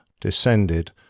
descended